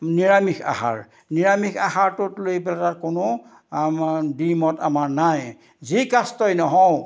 নিৰামিষ আহাৰ নিৰামিষ আহাৰটোত লৈ পেলাই কোনো দ্ৱিমত আমাৰ নাই যি কাষ্টই নহওক